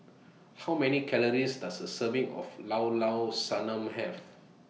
How Many Calories Does A Serving of Llao Llao Sanum Have